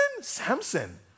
Samson